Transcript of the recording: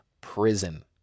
prison